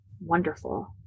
wonderful